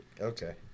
Okay